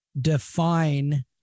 define